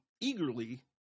eagerly